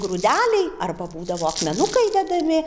grūdeliai arba būdavo akmenukai dedami